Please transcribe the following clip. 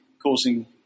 Causing